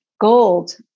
gold